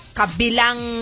kabilang